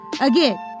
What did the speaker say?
Again